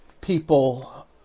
people